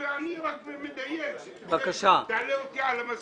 אני רוצה שתעלה אותי על המסלול.